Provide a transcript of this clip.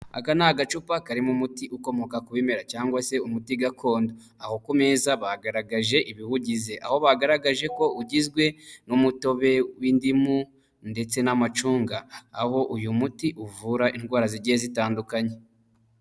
Aka ni agacupa karimo umuti ukomoka ku bimera cyangwa se umuti gakondo aho ku meza bagaragaje ibiwugize aho bagaragaje ko ugizwe n'umutobe w'indimu ndetse n'amacunga aho uyu muti uvura indwara zigiye zitandukanye.